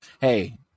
Hey